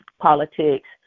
politics